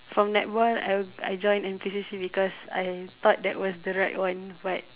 from netball I I join N_P_C_C because I thought that was the right one but